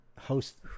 host